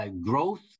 growth